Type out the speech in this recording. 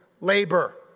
labor